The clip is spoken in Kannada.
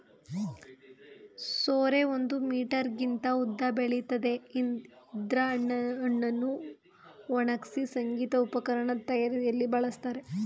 ಸೋರೆ ಒಂದು ಮೀಟರ್ಗಿಂತ ಉದ್ದ ಬೆಳಿತದೆ ಇದ್ರ ಹಣ್ಣನ್ನು ಒಣಗ್ಸಿ ಸಂಗೀತ ಉಪಕರಣದ್ ತಯಾರಿಯಲ್ಲಿ ಬಳಸ್ತಾರೆ